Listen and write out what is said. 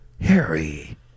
Harry